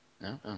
no